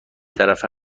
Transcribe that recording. طرفه